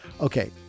okay